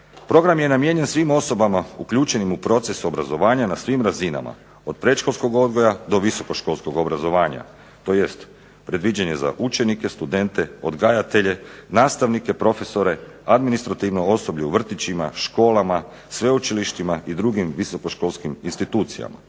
Program je namijenjen svim osobama uključenim u proces obrazovanja na svim razinama od predškolskog odgoja do visokoškolskog obrazovanja, tj. predviđen je za učenike, studente, odgajatelje, nastavnike, profesore, administrativno osoblje u vrtićima, školama, sveučilištima i drugim visoko školskim institucijama